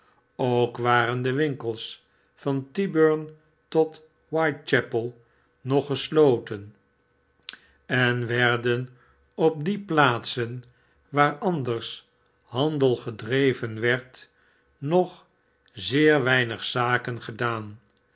ook waren de winkels van tyburn tot white chapel nog gesloten en werden op die plaatsen waar anders handel gedreven werd nog zeer weinig zaken gedaan